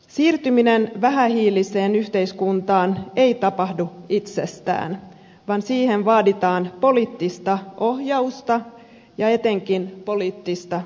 siirtyminen vähähiiliseen yhteiskuntaan ei tapahdu itsestään vaan siihen vaaditaan poliittista ohjausta ja etenkin poliittista tahtoa